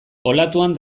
olatuan